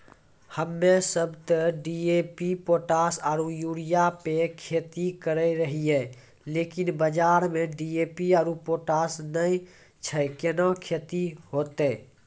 हम्मे सब ते डी.ए.पी पोटास आरु यूरिया पे खेती करे रहियै लेकिन बाजार मे डी.ए.पी आरु पोटास नैय छैय कैना खेती होते?